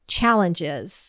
challenges